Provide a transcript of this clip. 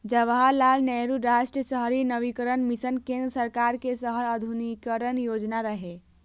जवाहरलाल नेहरू राष्ट्रीय शहरी नवीकरण मिशन केंद्र सरकार के शहर आधुनिकीकरण योजना रहै